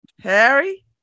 Harry